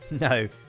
No